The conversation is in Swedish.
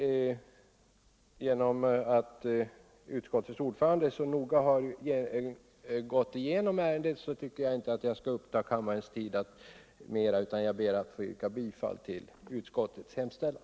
Eftersom utskottets ordförande så noga gått igenom ärendet, skall jag inte uppta kammarens tid mera utan ber att få yrka bifall till utskottets hemställan.